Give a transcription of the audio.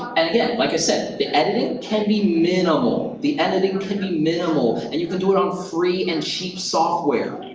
and again, like i said, the editing can be minimal. the editing can be minimal and you can do it on free and cheap software.